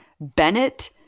Bennett